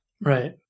Right